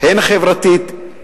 הן החברתית,